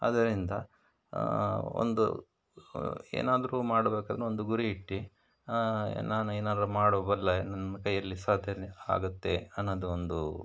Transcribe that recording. ಅದರಿಂದ ಒಂದು ಏನಾದ್ರೂ ಮಾಡಬೇಕೆನ್ನೋ ಒಂದು ಗುರಿ ಇಟ್ಟು ನಾನು ಏನಾದ್ರೂ ಮಾಡಬಲ್ಲೆ ನನ್ನ ಕೈಯ್ಯಲ್ಲಿ ಸಾಧನೆ ಆಗತ್ತೆ ಅನ್ನೋದು ಒಂದು